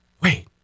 wait